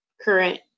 current